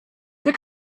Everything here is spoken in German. der